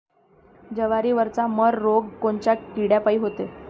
जवारीवरचा मर रोग कोनच्या किड्यापायी होते?